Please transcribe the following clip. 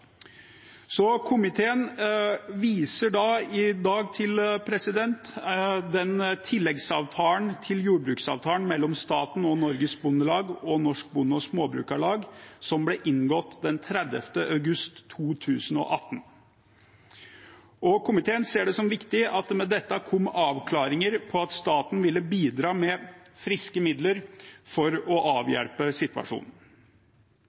Komiteen viser i dag til den tilleggsavtalen til jordbruksavtalen mellom staten og Norges Bondelag og Norsk Bonde- og Småbrukarlag som ble inngått den 30. august 2018. Komiteen ser det som viktig at det med dette kom avklaringer på at staten ville bidra med friske midler for å